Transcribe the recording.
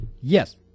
Yes